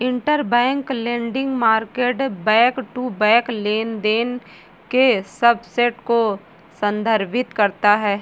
interbank lending market back to back लेनदेन के subset को संदर्भित करता है